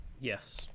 yes